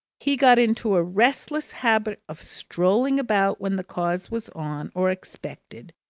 he got into a restless habit of strolling about when the cause was on, or expected,